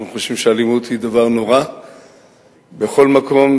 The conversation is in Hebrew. אנחנו חושבים שאלימות היא דבר נורא בכל מקום,